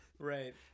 Right